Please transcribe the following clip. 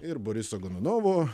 ir boriso gonunovo